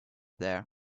there